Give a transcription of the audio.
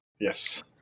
Yes